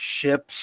ships